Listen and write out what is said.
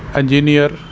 engineer